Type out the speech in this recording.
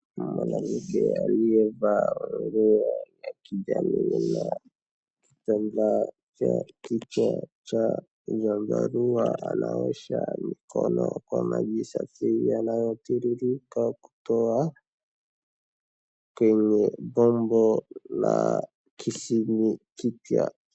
Mwanamke aliyevaa nguo ya kijani na kitambaa cha kichwa cha dharura, anaosha mikono kwa maji safi yanayotiririka kutoka kwenye bombo la kisima kisha.